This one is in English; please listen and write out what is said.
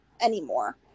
anymore